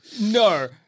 No